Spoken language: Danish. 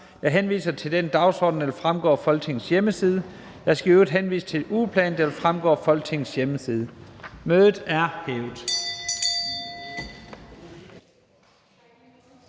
Jeg henviser til den dagsorden, der fremgår af Folketingets hjemmeside. Jeg skal i øvrigt henvise til ugeplanen, der vil fremgå af Folketingets hjemmeside. Mødet er hævet.